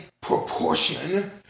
proportion